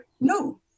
no